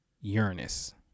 Uranus